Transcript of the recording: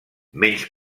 menys